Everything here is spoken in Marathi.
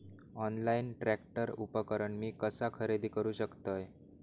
ऑनलाईन ट्रॅक्टर उपकरण मी कसा खरेदी करू शकतय?